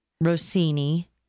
Rossini